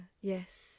yes